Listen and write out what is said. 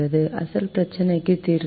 அசல் பிரச்சினைக்கு தீர்வு இல்லை